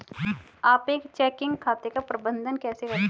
आप एक चेकिंग खाते का प्रबंधन कैसे करते हैं?